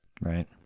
Right